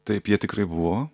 taip jie tikrai buvo